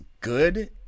good